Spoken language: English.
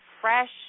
fresh